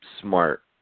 Smart